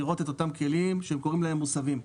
לראות את אותם כלים שהם קוראים להם "מוסבים".